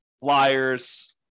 flyers